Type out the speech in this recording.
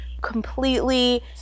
completely